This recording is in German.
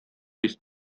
ist